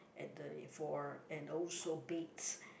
at the floor and also beds